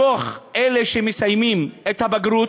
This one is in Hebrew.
מתוך אלה שמסיימים את הבגרות,